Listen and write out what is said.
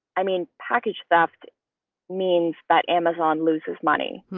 i mean, package theft means that amazon loses money.